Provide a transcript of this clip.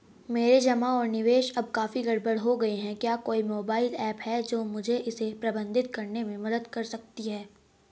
मेरे जमा और निवेश अब काफी गड़बड़ हो गए हैं क्या कोई मोबाइल ऐप है जो मुझे इसे प्रबंधित करने में मदद कर सकती है?